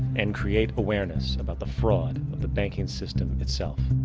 and create awareness about the fraud of the banking system itself.